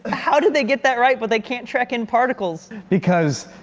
how did they get that right, but they can't track in particles? because,